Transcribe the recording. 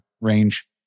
range